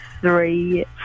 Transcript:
three